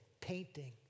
painting